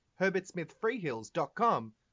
herbertsmithfreehills.com